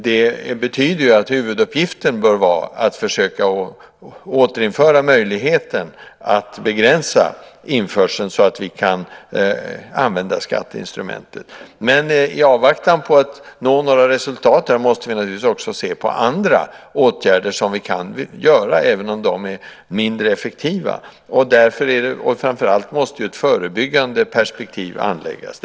Det betyder ju att huvuduppgiften bör vara att försöka återinföra möjligheten att begränsa införseln så att vi kan använda skatteinstrumentet. I avvaktan på resultat där måste vi dock naturligtvis också se på andra åtgärder som vi kan vidta, även om de är mindre effektiva. Framför allt måste ett förebyggande perspektiv anläggas.